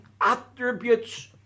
attributes